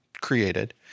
created